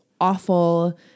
awful